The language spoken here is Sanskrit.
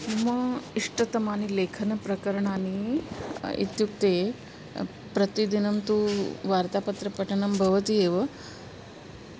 मम इष्टतमानि लेखनप्रकरणानि इत्युक्ते प्रतिदिनं तु वार्तापत्रपठनं भवति एव